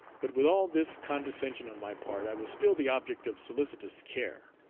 but with all this condescension on my part i was still the object of solicitous care.